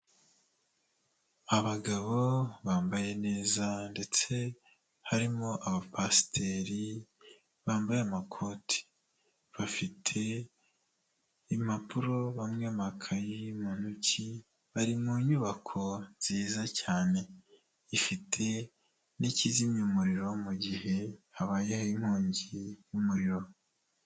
Abagabo bambaye neza ndetse harimo abapasiteri bambaye amakoti. Bafite impapuro bamwe amakayi mu ntoki, bari mu nyubako nziza cyane. Ifite n'ikizimya umuriro mu gihe habayeho inkongi y'umuriro.